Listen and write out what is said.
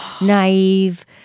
naive